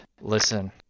Listen